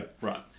Right